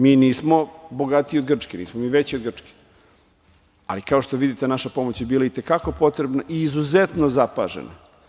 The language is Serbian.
Mi nismo bogatiji od Grčke, nismo mi veći od Grčke, ali kao što vidite naša pomoć je bila i te kako potrebna i izuzetno zapažena.